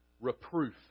reproof